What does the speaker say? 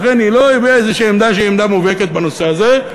לכן היא לא הביעה איזו עמדה שהיא עמדה מובהקת בנושא הזה.